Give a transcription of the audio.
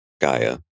Gaia